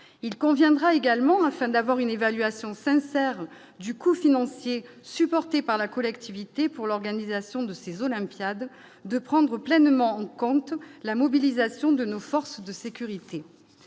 il conviendra également afin d'avoir une évaluation sincère du coût financier supporté par la collectivité pour l'organisation de ces olympiades de prendre pleinement en compte la mobilisation de nos forces de sécurité